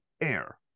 air